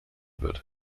wird